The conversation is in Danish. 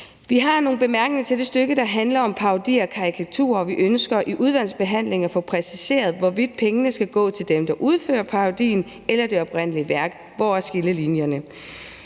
Vi har nogle bemærkninger til det stykke, der handler om parodi og karikaturer, og vi ønsker i udvalgsbehandlingen at få præciseret, hvorvidt pengene skal gå til dem, der udfører parodien, eller det oprindelige værk. Hvor er skillelinjerne?